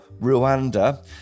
Rwanda